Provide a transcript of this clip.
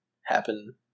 happen